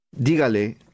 Dígale